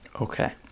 okay